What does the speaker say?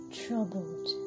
troubled